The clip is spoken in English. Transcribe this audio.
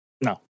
No